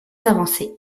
avancées